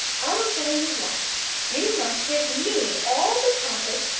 i'll tell you what you must give me all the chocolate,